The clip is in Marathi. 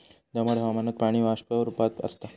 दमट हवामानात पाणी बाष्प रूपात आसता